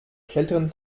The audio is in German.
kälteren